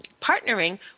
partnering